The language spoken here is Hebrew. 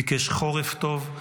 ביקש חורף טוב,